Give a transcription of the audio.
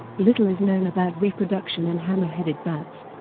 little is known about reproduction in hammer-headed bats.